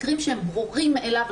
מקרים שהם ברורים מאליהם.